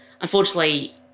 unfortunately